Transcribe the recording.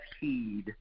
heed –